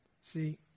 See